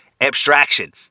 abstraction